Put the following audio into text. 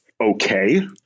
okay